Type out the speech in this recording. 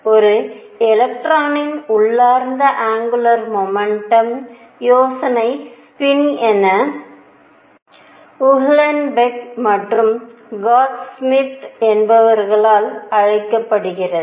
ஒரு எலக்ட்ரானின் உள்ளார்ந்த ஆங்குலர் முமெண்டம் யோசனை ஸ்பின் என உஹ்லன்பெக் மற்றும் கவுட்ஸ்மிட் என்பவர்களால் அழைக்கப்படுகிறது